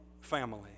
family